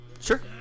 Sure